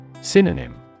Synonym